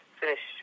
finish